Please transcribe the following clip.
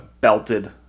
belted